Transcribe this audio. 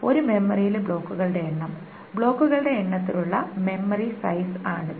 ഒരു മെമ്മറിയിലെ ബ്ലോക്കുകളുടെ എണ്ണം ബ്ലോക്കുകളുടെ എണ്ണത്തിലുള്ള മെമ്മറി സൈസ് ആണിത്